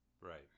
Right